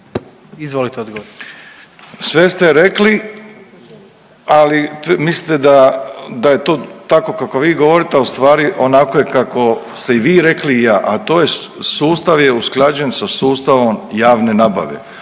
**Milatić, Ivo** Sve ste rekli, ali mislite da je to tako vi govorite, a u stvari onako je kako ste i vi rekli i ja, a to je sustav je usklađen sa sustavom javne nabave.